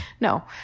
No